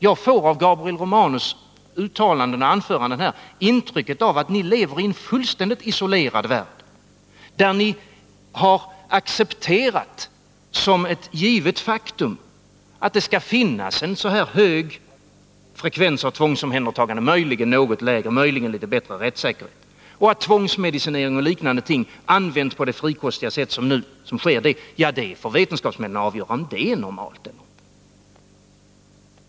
Jag får av Gabriel Romanus uttalanden och anföranden här intrycket att ni lever i en fullständigt isolerad värld, där ni har accepterat som ett givet faktum att det skall finnas en så här hög frekvens av omhändertaganden — möjligen kan den vara litet lägre och möjligen kan rättssäkerheten bli litet bättre — och att vetenskapsmännen får avgöra om den frikostiga tvångsmedicinering som nu förekommer är någonting normalt eller inte.